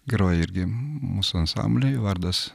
groja irgi mūsų ansambly vardas